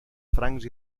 francs